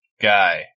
guy